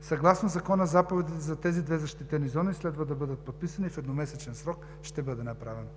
Съгласно Закона, заповедите за тези две защитени зони следва да бъдат подписани – в едномесечен срок ще бъде направено.